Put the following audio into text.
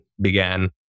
began